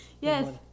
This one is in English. Yes